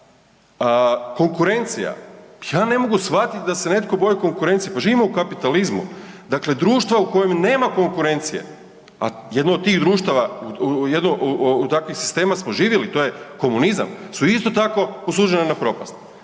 Konkurencija, ja ne mogu shvatiti da se netko boji konkurencije, pa živimo u kapitalizmu, dakle društva u kojem nema konkurencije, a jedno od tih društava, u jedno, u takvih sistema smo živjeli, to je komunizam, su isto tako osuđena na propast.